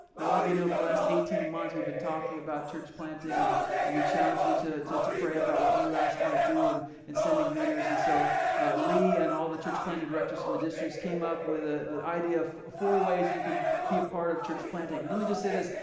all of you know for the last eighteen months, we've been talking about church planting and and we challenge you you to to pray about what you guys might do and and sending leaders and so lee and all the church planting directors from the districts came up with a idea of four ways that you can be a part of church planting. let me just say this.